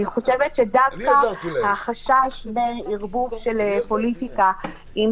אני חושבת שדווקא החשש מערבוב של פוליטיקה עם